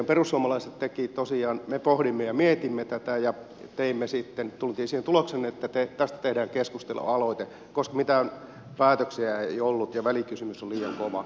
me perussuomalaiset tosiaan pohdimme ja mietimme tätä ja tulimme siihen tulokseen että tästä tehdään keskustelualoite koska mitään päätöksiä ei ollut ja välikysymys on liian kova